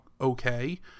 okay